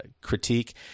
critique